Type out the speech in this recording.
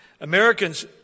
Americans